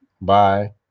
Bye